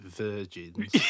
virgins